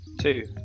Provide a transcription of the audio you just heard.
Two